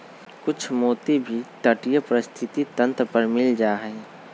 कुछ मोती भी तटीय पारिस्थितिक तंत्र पर मिल जा हई